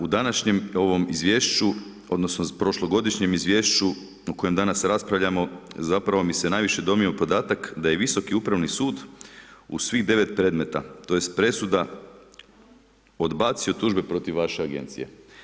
U današnjem izvješću odnosno, u prošlogodišnjem izvješću u kojem danas raspravljamo, zapravo mi se najviše dojmio podatak da je Visoki upravni sud, u svih 9. predmeta, tj. presuda odbacio tužbe protiv vaše agencije.